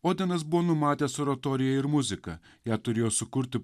odinas buvo numatęs oratorijai ir muziką ją turėjo sukurti